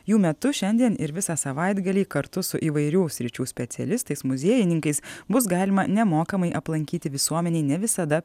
jų metu šiandien ir visą savaitgalį kartu su įvairių sričių specialistais muziejininkais bus galima nemokamai aplankyti visuomenei ne visada